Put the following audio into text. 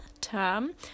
Term